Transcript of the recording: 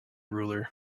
ruler